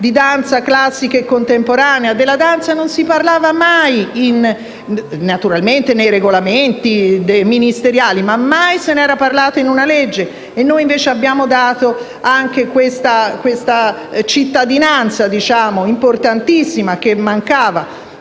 di danza classica e contemporanea. Della danza si parlava naturalmente nei regolamenti ministeriali, ma mai se ne era parlato in una legge e noi, invece, le abbiamo conferito anche questa "cittadinanza" importantissima che fino ad